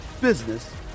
business